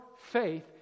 faith